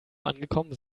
angekommen